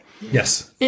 Yes